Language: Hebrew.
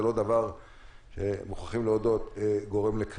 מוכרחים להודות שזה לא דבר שגורם לקריסה.